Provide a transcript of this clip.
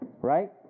right